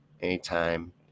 anytime